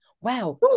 wow